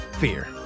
Fear